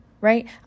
right